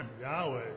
Yahweh